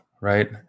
right